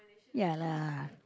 ya lah